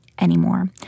anymore